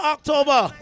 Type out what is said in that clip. October